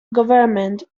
government